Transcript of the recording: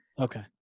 Okay